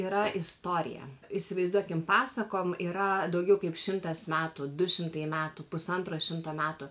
yra istorija įsivaizduokim pasakom yra daugiau kaip šimtas metų du šimtai metų pusantro šimto metų